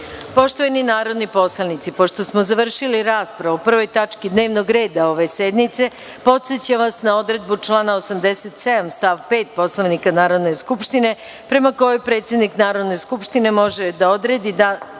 celini. Poštovani narodni poslanici, pošto smo završili raspravu o prvoj tački dnevnog reda ove sednice, podsećam vas na odredbu člana 87. stav 5. Poslovnika Narodne skupštine, prema kojoj predsednik Narodne skupštine može da odredi Dan